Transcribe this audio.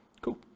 Cool